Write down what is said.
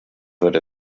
wird